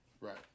Right